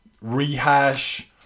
rehash